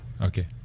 Okay